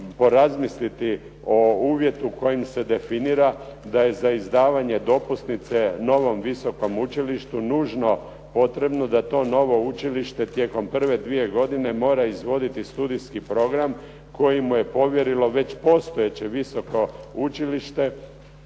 porazmisliti o uvjetu kojim se definira da se za izdavanje dopusnice novom visokom učilištu nužno potrebno da to novo učilište tijekom prve dvije godine mora izvoditi studijski program koji mu je povjerilo već postojeće visoko učilište,